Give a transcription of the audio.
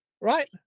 Right